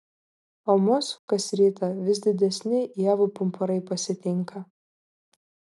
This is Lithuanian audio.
o mus kas rytą vis didesni ievų pumpurai pasitinka